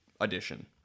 addition